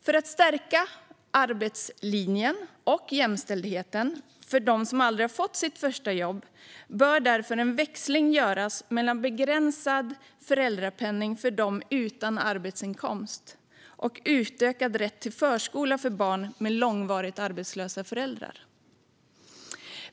För att stärka arbetslinjen och jämställdheten för dem som aldrig har fått sitt första jobb bör därför en växling göras mellan begränsad föräldrapenning för dem utan arbetsinkomst och utökad rätt till förskola för barn med långvarigt arbetslösa föräldrar.